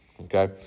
Okay